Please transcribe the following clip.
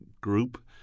group